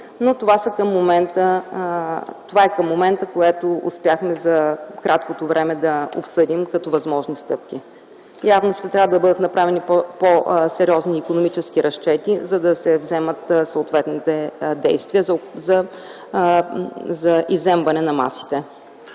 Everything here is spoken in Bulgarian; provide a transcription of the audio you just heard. Това е към момента, което успяхме да обсъдим за краткото време, като възможни стъпки. Явно, ще трябва да бъдат направени по-сериозни икономически разчети, за да се предприемат съответните действия за изземване на масите.